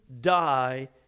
die